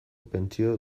pentsio